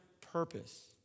purpose